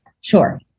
Sure